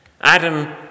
Adam